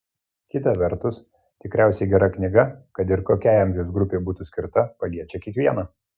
kita vertus tikriausiai gera knyga kad ir kokiai amžiaus grupei būtų skirta paliečia kiekvieną